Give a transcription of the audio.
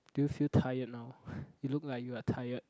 do you feel tired now you look like you are tired